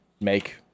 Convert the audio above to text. make